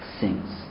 sings